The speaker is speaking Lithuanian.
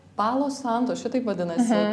palo santo šitaip vadinasi